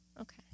Okay